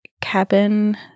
cabin